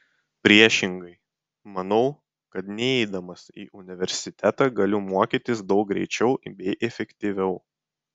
priešingai manau kad neidamas į universitetą galiu mokytis daug greičiau bei efektyviau